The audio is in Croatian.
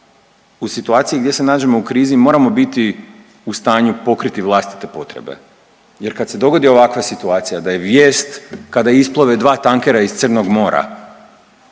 u situaciji gdje se nađemo u krizi moramo biti u stanju pokriti vlastite potrebe, jer kada se dogodi ovakva situacija da je vijest kada isplove dva tankera iz Crnog mora